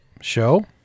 Show